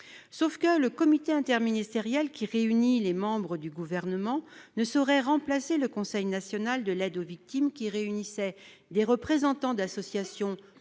Cependant ce comité interministériel, composé de membres du Gouvernement, ne saurait remplacer le Conseil national de l'aide aux victimes, qui réunissait des représentants d'associations